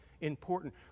important